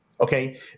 Okay